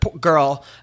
girl